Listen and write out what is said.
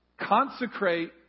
Consecrate